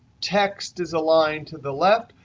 text is aligned to the left,